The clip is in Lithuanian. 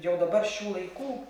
jau dabar šių laikų